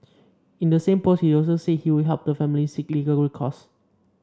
in the same post he also said he would help the family seek legal recourse